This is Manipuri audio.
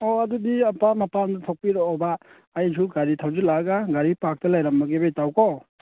ꯑꯣ ꯑꯗꯨꯗꯤ ꯑꯄꯥꯝ ꯃꯄꯥꯟꯕ ꯊꯣꯛꯄꯤꯔꯛꯑꯣꯕ ꯑꯩꯁꯨ ꯒꯥꯔꯤ ꯊꯧꯖꯤꯜꯂꯛꯂꯒ ꯒꯥꯔꯤ ꯄꯥꯛꯇ ꯂꯩꯔꯃꯂꯒꯦꯕ ꯏꯇꯥꯎ ꯀꯣ